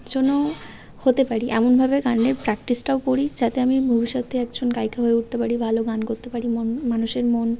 যেন হতে পারি এমনভাবে গানের প্র্যাকটিসটাও করি যাতে আমি ভবিষ্যতে একজন গায়িকা হয়ে উঠতে পারি ভালো গান করতে পারি মন মানুষের মন